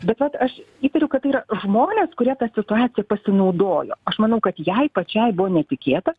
bet vat aš įtariu kad tai yra žmonės kurie ta situacija pasinaudojo aš manau kad jai pačiai buvo netikėta